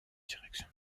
direction